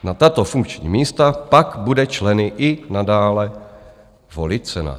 Na tato funkční místa pak bude členy i nadále volit Senát.